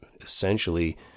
essentially